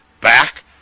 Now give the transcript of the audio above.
Back